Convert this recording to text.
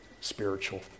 spiritual